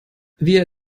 wir